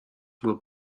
will